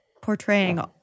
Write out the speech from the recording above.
portraying